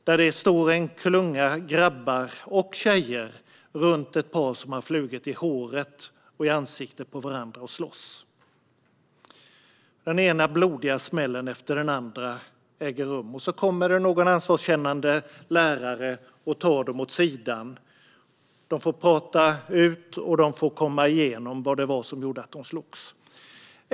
Där står en klunga grabbar och tjejer runt ett par som har flugit i håret och ansiktet på varandra och slåss. Det är den ena blodiga smällen efter den andra. Sedan kommer någon ansvarskännande lärare och tar dem åt sidan. De får prata ut och komma igenom vad det var som gjorde att de slogs.